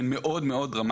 למה היא צריכה לסבול?